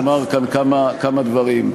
שנאמר כאן כמה דברים.